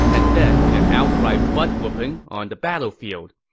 and then with an outright butt-whooping on the battlefield.